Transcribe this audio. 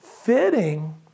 fitting